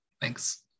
Thanks